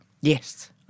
Yes